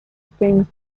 springs